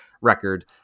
record